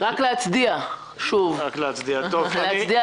רק להצדיע לך שוב, מאיר.